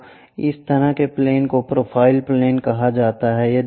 तो इस तरह के प्लेन को प्रोफाइल प्लेन कहा जाता है